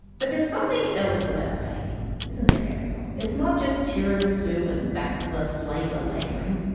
but there's something else about vaping. isn't there, ariel? it's not just tiramisu and baklava flavour layering.